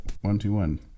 one-two-one